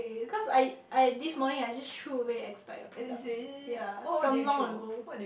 cause I I this morning I just threw away expired products ya from long ago